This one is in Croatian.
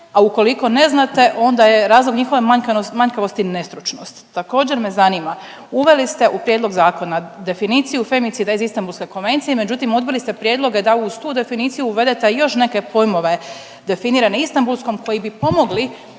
a ukoliko ne znate onda je razlog njihove manjkavosti nestručnost. Također me zanima, uveli ste u prijedlog zakona definiciju femicida iz Istambulske konvencije, međutim odbili ste prijedloge da uz tu definiciju uvedete još neke pojmove definirane Istamulskom koji bi pomogli